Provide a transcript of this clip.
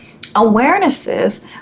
awarenesses